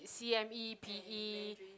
c_m_e p_e